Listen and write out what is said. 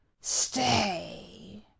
Stay